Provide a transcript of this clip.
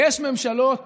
יש ממשלות